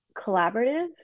collaborative